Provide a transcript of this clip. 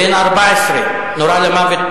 בן 14, נורה למוות